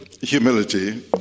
humility